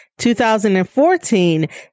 2014